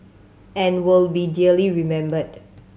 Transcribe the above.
and will be dearly remembered